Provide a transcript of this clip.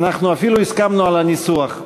אנחנו אפילו הסכמנו על הניסוח.